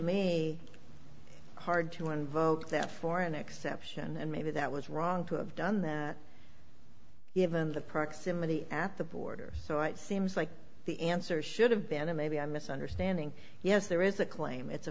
me hard to invoke that for an exception and maybe that was wrong to have done that even the proximity at the border so it seems like the answer should have been a maybe i'm misunderstanding yes there is a claim it's a